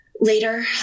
Later